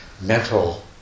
mental